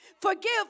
forgive